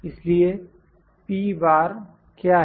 इसलिए क्या है